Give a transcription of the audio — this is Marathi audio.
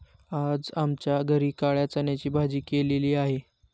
आज आमच्या घरी काळ्या चण्याची भाजी केलेली आहे